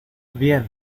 bien